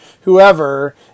whoever